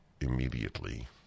immediately